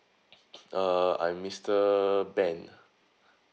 uh I'm mister ben